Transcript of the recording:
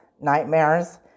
nightmares